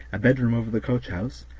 a bedroom over the coachhouse,